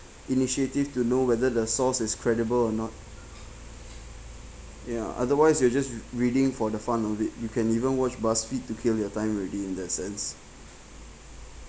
initiative to know whether the source is credible or not ya otherwise you're just reading for the fun of it you can even watch buzzfeed to kill your time already in that sense